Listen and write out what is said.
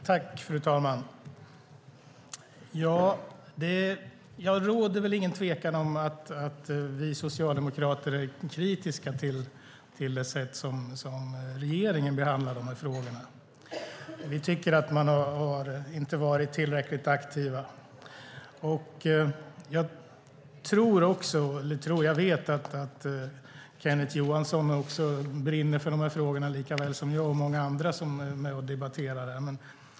Fru talman! Det råder ingen tvekan om att vi socialdemokrater är kritiska till det sätt som regeringen behandlar dessa frågor. Vi tycker att man inte har varit tillräckligt aktiv. Jag vet att Kenneth Johansson brinner för dessa frågor likaväl som jag och många andra som är med och debatterar här.